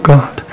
God